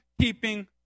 keeping